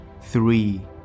three